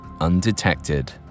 undetected